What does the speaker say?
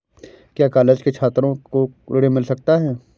क्या कॉलेज के छात्रो को ऋण मिल सकता है?